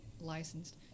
licensed